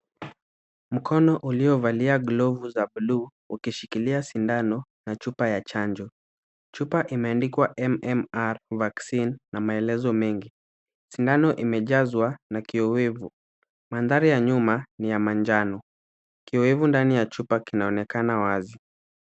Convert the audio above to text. Mkono uliovalia glovu za bluu ukishikilia sindano na chupa ya chanjo. Chupa imeandikwa MMR Vaccine na maelezo mengi. Sindano imejazwa na kioevu. Mandhari ya nyuma ni ya manjano. Kioevu ndani ya chupa kinaonekana wazi.